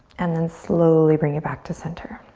and then slowly bring it back to center.